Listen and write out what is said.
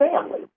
family